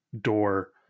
door